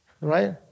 Right